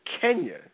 Kenya